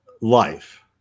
life